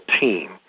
team